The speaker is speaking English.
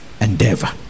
endeavor